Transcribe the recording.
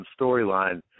storyline